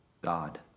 God